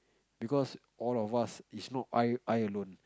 because all of us is not eye eye alone